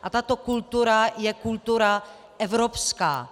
A tato kultura je kultura evropská.